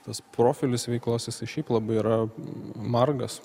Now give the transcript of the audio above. tas profilis veiklos jisai šiaip labai yra margas